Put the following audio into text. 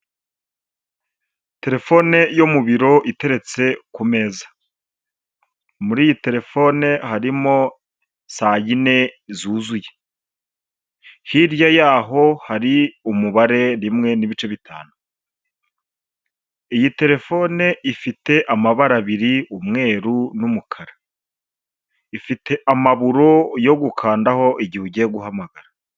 Telefone yo mu biro iteretse ku meza, muri iyi terefone harimo saa yine zuzuye, hirya yaho hari umubare rimwe n'ibice bitanu, iyi terefone ifite amabara abiri umweru n'umukara, ifite amaburo yo gukandaho igihe ugiye guhamagara.